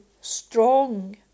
strong